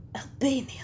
Albania